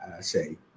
say